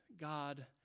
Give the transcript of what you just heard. God